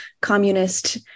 communist